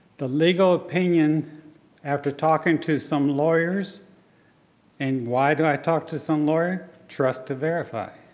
the legal opinion after talking to some lawyers and why do i talk to some lawyer? trust to verify.